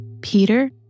Peter